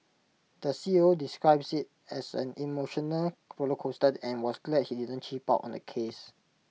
the C E O describes IT as an emotional roller coaster and was glad he didn't cheap out on the case